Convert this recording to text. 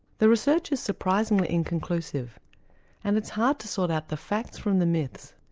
the research is surprisingly inconclusive and it's hard to sort out the facts from the myths.